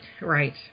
Right